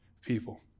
people